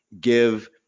give